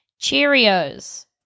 Cheerios